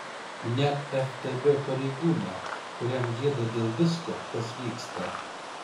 net ftb pareigūną kuriam gėda dėl visko kas vyksta